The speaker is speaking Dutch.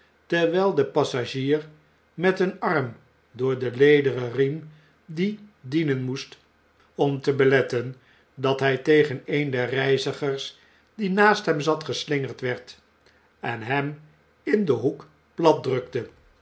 terwjjl de passagier met den arm door den lederen riem die dienen moest om te beletten dat hy tegen een der reizigers die naast hem zat geslingerd werd en hem indenhoek